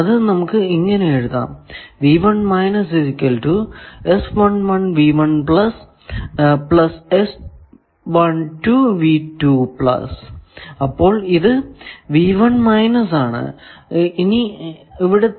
അത് നമുക്ക് ഇങ്ങനെ എഴുതാം അപ്പോൾ ഈ ആണ് ഇവിടുത്തെ